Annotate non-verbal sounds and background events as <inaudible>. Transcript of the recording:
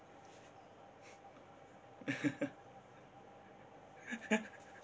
<laughs>